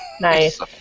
Nice